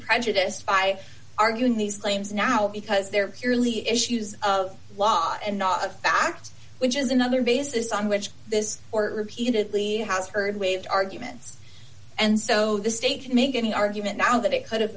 prejudiced by arguing these claims now because they're purely issues of law and not a fact which is another basis on which this or repeatedly has heard waived arguments and so the state can make any argument now that it could have